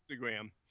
instagram